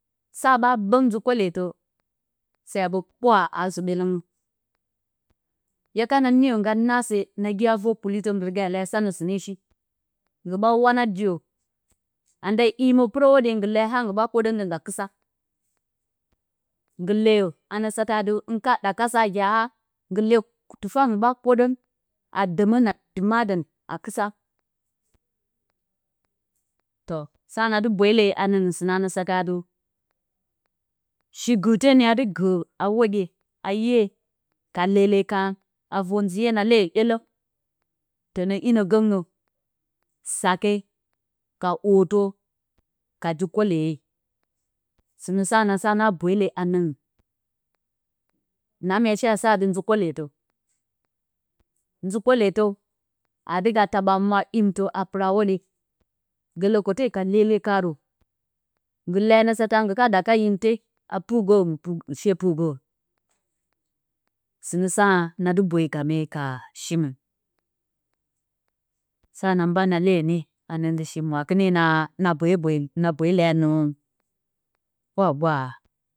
Sa ɓa bǝng nzǝ koleetǝ, se a ɓǝ ɓwarǝ, aa sǝ ɓyelǝngǝ. hye kana niyo ngga na se, nagi a vor kulitǝ, nggi leyo a sanǝ sɨne shi. Nggi ɓa wana diirǝ. Anda himǝ pɨrǝ hwoɗye, nggi lee a haa nggi ɓa kwoɗǝn dǝ ngga kɨsa nggi leyo a nǝ satǝ atɨ, hɨn ka ɗaka sa gye a haa, nggi lee tɨfa nggi ɓa kwoɗǝn, dǝmǝn a dɨma dǝn a kɨsa. sa na dɨ bweele a nǝ sɨnǝ a nǝ satǝ atɨ, shi gɨrte mya dɨ gɨrǝ a hwoɗye a 'ye ka lele karǝn, a vor nzɨ 'ye na leyo ɓyelǝng. Tǝnǝ inǝ gǝngnǝ. Sake ka hootǝ ka ji koleeye. Sɨnǝ sa na sa na bweele a nǝngɨn. Na mya shea sa nzǝ koleetǝ, nzǝ koleetǝ aa dɨ ga himtǝ a pɨra a hwoɗye. Nggi leyo a nǝ satǝ atɨ, nggi ka ɗaka himte pɨrgǝ, she pɨrgǝrǝ. Sɨnǝ sa na dɨ boyo ka shingɨn sa na mban a leyo ne. A nǝ ndɨ shi mwaakɨne na bweele a nǝngrǝn. Pwa a gwaha.